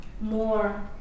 more